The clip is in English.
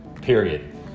period